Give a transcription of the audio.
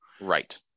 Right